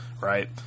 right